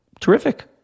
terrific